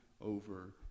over